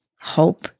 hope